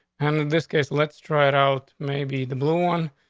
and in this case, let's try it out. maybe the blue one.